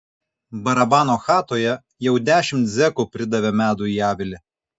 barabano chatoje jau dešimt zekų pridavė medų į avilį